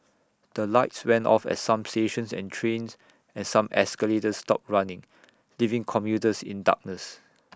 the lights went off at some stations and trains and some escalators stopped running leaving commuters in darkness